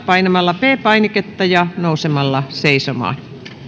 painamalla p painiketta ja nousemalla seisomaan